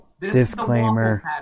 Disclaimer